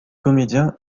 comédien